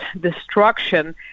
destruction